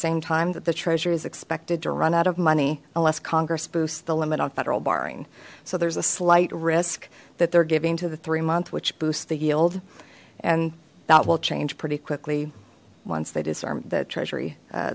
same time that the treasury is expected to run out of money unless congress boosts the limit on federal borrowing so there's a slight risk that they're giving to the three month which boosts the yield and that will change pretty quickly once they disarm that treasury